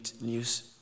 news